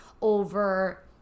over